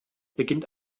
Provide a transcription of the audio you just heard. beginnt